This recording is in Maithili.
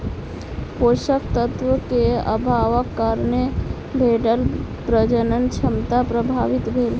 पोषक तत्व के अभावक कारणें भेड़क प्रजनन क्षमता प्रभावित भेल